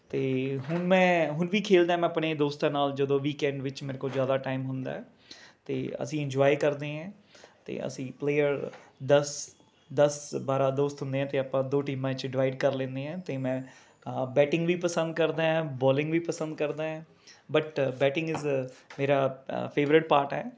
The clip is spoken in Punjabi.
ਅਤੇ ਹੁਣ ਮੈਂ ਹੁਣ ਵੀ ਖੇਡਦਾ ਮੈਂ ਆਪਣੇ ਦੋਸਤਾਂ ਨਾਲ ਜਦੋਂ ਵੀਕਐਂਡ ਵਿੱਚ ਮੇਰੇ ਕੋਲ ਜ਼ਿਆਦਾ ਟਾਈਮ ਹੁੰਦਾ ਹੈ ਅਤੇ ਅਸੀਂ ਇੰਜੋਏ ਕਰਦੇ ਹੈ ਅਤੇ ਅਸੀਂ ਪਲੇਅਰ ਦਸ ਦਸ ਬਾਰਾਂ ਦੋਸਤ ਹੁੰਦੇ ਹੈ ਅਤੇ ਆਪਾਂ ਦੋ ਟੀਮਾਂ 'ਚ ਡੀਵਾਈਡ ਕਰ ਲੈਂਦੇ ਹੈ ਅਤੇ ਮੈਂ ਬੈਟਿੰਗ ਵੀ ਪਸੰਦ ਕਰਦਾ ਹੈ ਬੌਲਿੰਗ ਵੀ ਪਸੰਦ ਕਰਦਾ ਹੈ ਬਟ ਬੈਟਿੰਗ ਇਜ਼ ਮੇਰਾ ਫੇਵਰੇਟ ਪਾਰਟ ਹੈ